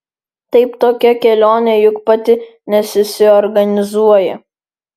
taip tokia kelionė juk pati nesusiorganizuoja